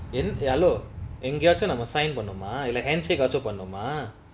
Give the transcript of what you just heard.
enth~ hello எங்கயாச்சு நம்ம:engayaachu namma assign பன்னமா இல்ல:pannamaa illa handshake ஆச்சு பன்னமா:aachu pannamaa